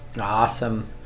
Awesome